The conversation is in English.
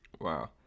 Wow